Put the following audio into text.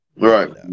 Right